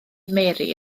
mary